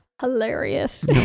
hilarious